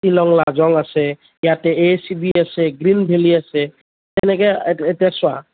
শ্ৱিলং লাজং আছে ইয়াতে A S E B আছে গ্ৰীন ভ্যালি আছে তেনেকৈ এতিয়া চোৱা